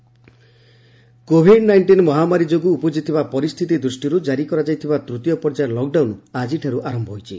third phase lockdown covid nineteen ମହାମାରୀ ଯୋଗୁଁ ଉପୁଜିଥିବା ପରିସ୍ଥିତି ଦୃଷ୍ଟିରୁ ଜାରି କରାଯାଇଥିବା ତୃତୀୟ ପର୍ଯ୍ୟାୟ ଲକ୍ଡାଉନ ଆଜିଠାରୁ ଆରମ୍ଭ ହୋଇଛି